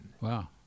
Wow